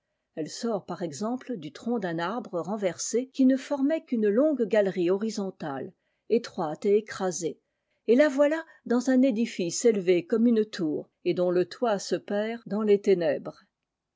elle sort par exemple du tronc d'un arbre renversé qui ne formait qu'une longue galerie horizontale étroite et écrasée et la voilà dans un édifice élevé comme une tour et dont le toit se perd dans les ténèbres